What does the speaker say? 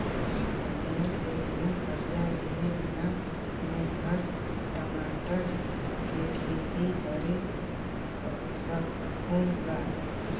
bank ले बिना करजा लेहे बिना में हर टमाटर के खेती करे सकहुँ गा